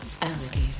alligator